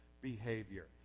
behavior